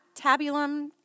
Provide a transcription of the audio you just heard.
tabulum